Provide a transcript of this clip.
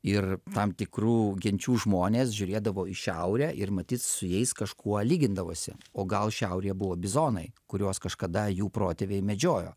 ir tam tikrų genčių žmonės žiūrėdavo į šiaurę ir matyt su jais kažkuo lygindavosi o gal šiaurėje buvo bizonai kuriuos kažkada jų protėviai medžiojo